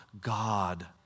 God